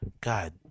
god